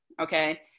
okay